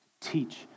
Teach